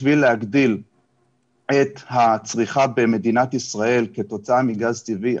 בשביל להגדיל את הצריכה במדינת ישראל כתוצאה מגז טבעי,